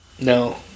no